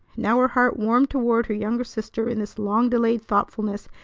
now her heart warmed toward her younger sister in this long-delayed thoughtfulness,